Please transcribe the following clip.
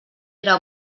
era